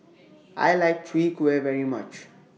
I like Chwee Kueh very much